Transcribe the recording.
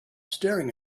staring